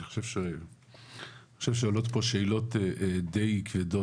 אני חושב שעולות פה שאלות די כבדות,